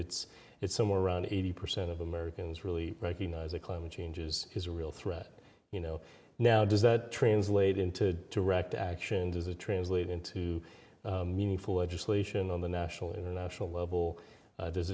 it's it's somewhere around eighty percent of americans really recognize that climate changes is a real threat you know now does that translate into direct action does it translate into meaningful legislation on the national or international level